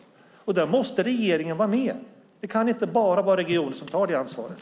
Och där måste regeringen vara med. Det kan inte bara vara regionen som tar det ansvaret.